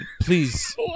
Please